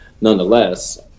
Nonetheless